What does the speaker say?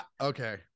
Okay